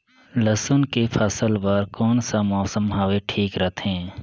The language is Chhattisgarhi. लसुन के फसल बार कोन सा मौसम हवे ठीक रथे?